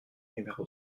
numéro